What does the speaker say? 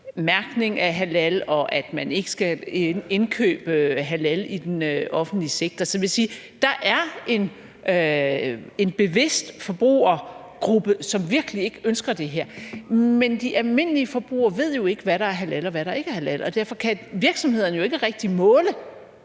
mærkning af halalkød og for, at man ikke skal indkøbe halalprodukter i den offentlige sektor. Så jeg vil sige, at der er en bevidst forbrugergruppe, som virkelig ikke ønsker det her. Men de almindelige forbrugere ved jo ikke, hvad der er halal, og hvad der ikke er halal, og derfor kan virksomhederne jo ikke rigtig måle